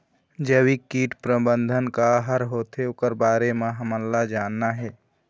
जैविक कीट प्रबंधन का हर होथे ओकर बारे मे हमन ला जानना हे?